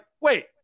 wait